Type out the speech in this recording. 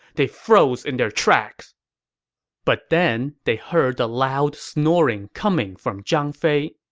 they froze in their tracks but then, they heard the loud snoring coming from zhang fei.